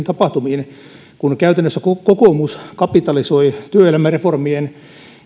tapahtumiin kun käytännössä kokoomus kapitalisoi työelämäreformien